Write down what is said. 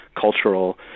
cultural